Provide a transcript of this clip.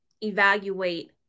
evaluate